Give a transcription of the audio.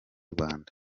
rwanda